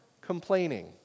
complaining